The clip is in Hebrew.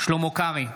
שלמה קרעי,